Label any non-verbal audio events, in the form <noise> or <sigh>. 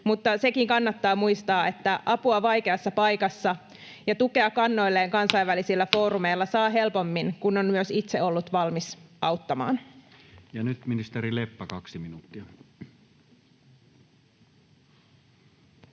mutta sekin kannattaa muistaa, että apua vaikeassa paikassa ja tukea kannoilleen kansainvälisillä foorumeilla <noise> saa helpommin, kun on myös itse ollut valmis auttamaan. [Speech 97] Speaker: Toinen